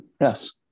Yes